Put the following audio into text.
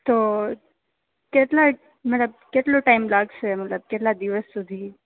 તો કેટલા મતલબ કેટલો ટાઈમ લાગશે મતલબ કેટલા દિવસ સુધી